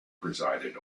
presided